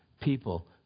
people